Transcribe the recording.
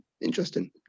interesting